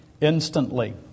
instantly